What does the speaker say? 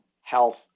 health